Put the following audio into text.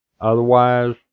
Otherwise